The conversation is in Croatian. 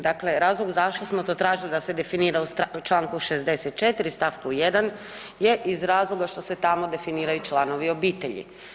Dakle, razlog zašto smo to tražili da se definira u Članku 64. stavku 1. je iz razloga što se tamo definiraju članovi obitelji.